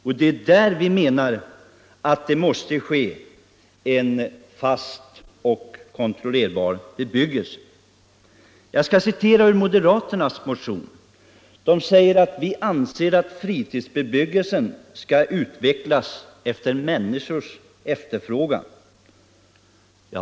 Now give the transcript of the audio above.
Därför menar vi att det där måste vara en fast och kontrollerbar bebyggelse. Jag skall citera ett par ord ur moderaternas motion. De anser att fritidsbebyggelsen skall utvecklas efter ”människors efterfrågan”.